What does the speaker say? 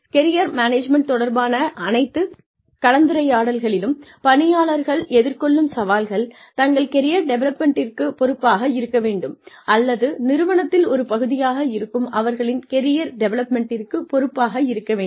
career management தொடர்பான அனைத்து கலந்துரையாடல்களிலும் பணியாளர்கள் எதிர்கொள்ளும் சவால்கள் தங்கள் கெரியர் டெவலப்மென்ட்டிற்கு பொறுப்பாக இருக்க வேண்டும் அல்லது நிறுவனத்தில் ஒரு பகுதியாக இருக்கும் அவர்களின் கெரியர் டெவலப்மென்ட்டிற்கு பொறுப்பாக இருக்க வேண்டும்